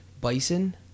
bison